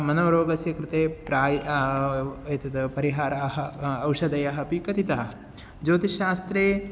मनोरोगस्य कृते प्रायः एतद् परिहाराः ओषधयः अपि कथिताः ज्योतिषशास्त्रे